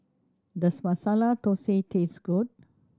does Masala Thosai taste good